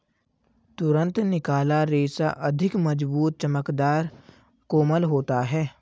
तुरंत निकाला रेशा अधिक मज़बूत, चमकदर, कोमल होता है